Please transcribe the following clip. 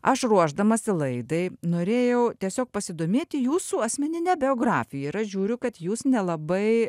aš ruošdamasi laidai norėjau tiesiog pasidomėti jūsų asmenine biografija ir aš žiūriu kad jūs nelabai